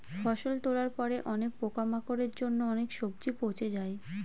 ফসল তোলার পরে অনেক পোকামাকড়ের জন্য অনেক সবজি পচে যায়